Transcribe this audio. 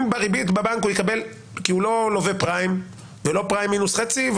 הוא לא לווה פריים ולא פריים מינוס חצי,